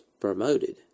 promoted